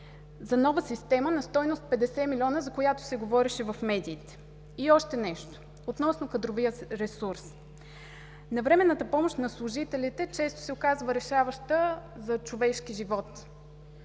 за нова система на стойност 50 милиона, за която се говореше в медиите? И още нещо – относно кадровия ресурс. Навременната помощ на служителите често се оказва решаваща за човешки живот.